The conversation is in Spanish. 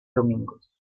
domingos